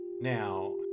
Now